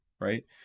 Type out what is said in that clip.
right